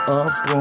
up